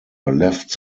left